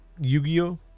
Yu-Gi-Oh